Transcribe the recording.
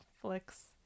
flicks